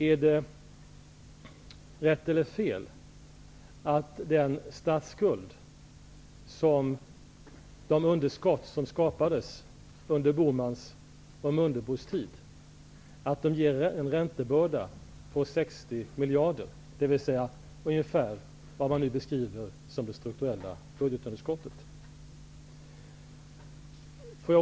Är det rätt eller fel att den statsskuld och de underskott som skapades under Bohmans och Mundebos tid ger en räntebörda på 60 miljarder, dvs. det man nu beskriver som det strukturella budgetunderskottet?